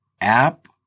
app